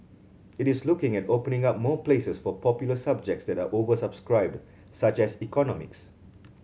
it is looking at opening up more places for popular subjects that are oversubscribed such as economics